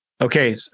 Okay